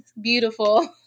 beautiful